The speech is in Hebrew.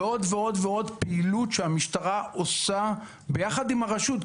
ועוד ועוד ועוד פעילויות שהמשטרה עושה ביחד עם הרשות.